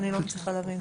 אני לא מצליחה להבין.